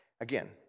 Again